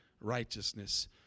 righteousness